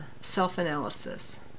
self-analysis